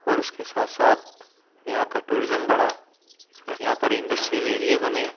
اور اس کے ساتھ ساتھ یہاں کا ٹورزم بڑھا یہاں پر انڈسٹریل ایرئے بنے